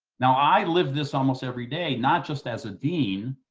now, i lived this almost every day, not just as a dean,